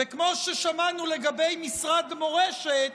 וכמו ששמענו לגבי המשרד למורשת,